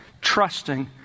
trusting